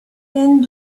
thin